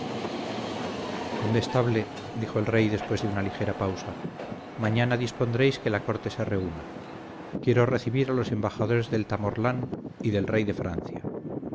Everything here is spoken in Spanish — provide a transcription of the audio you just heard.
condestable dijo el rey después de una ligera pausa mañana dispondréis que la corte se reúna quiero recibir a los embajadores del tamorlán y del rey de francia